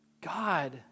God